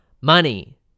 money